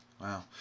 Wow